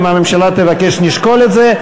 אם הממשלה תבקש, נשקול את זה.